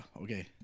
Okay